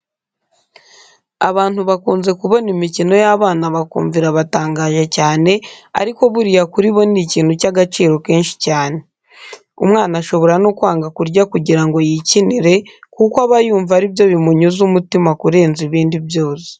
Abantu bakunze kubona imikino y'abana bakumva irabatangaje cyane, ariko buriya kuri bo ni ikintu cy'agaciro kenshi cyane. Umwana ashobora no kwanga kurya kugira ngo yikinire kuko aba yumva ari byo bimunyuze umutima kurenza ibindi byose.